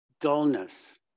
dullness